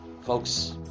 Folks